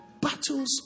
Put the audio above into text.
battles